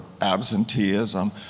absenteeism